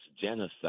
genocide